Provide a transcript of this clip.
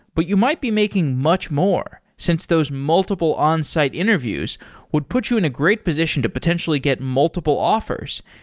but you might be making much more since those multiple onsite interviews would put you in a great position to potentially get multiple offers,